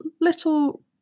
little